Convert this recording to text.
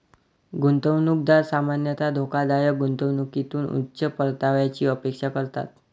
गुंतवणूकदार सामान्यतः धोकादायक गुंतवणुकीतून उच्च परताव्याची अपेक्षा करतात